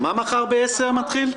מה מחר ב-10:00 מתחיל?